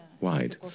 wide